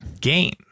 game